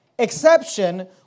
exception